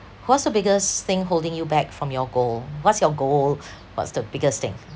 what's the biggest thing holding you back from your goal what's your goal what's the biggest thing